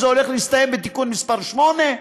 שזה הולך להסתיים בתיקון מס' 8?